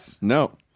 No